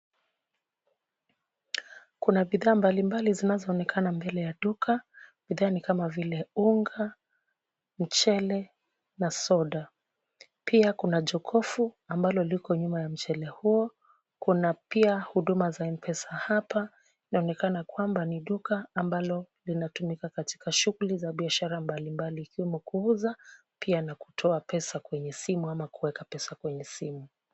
Kuna bidhaa mbalimbali zinazoonekana mbele ya duka, bidhaa ni kama vile unga, mchele na soda. Pia kuna jokofu ambalo liko nyuma ya mchele huo, kuna pia huduma za M-pesa hapa. Inaonekana kwamba ni duka ambalo linatumika katika shughuli za biashara mbalimbali ikiwemo kuuza pia na kutoa pesa kwenye simu ama kuweka pesa kwenye simu.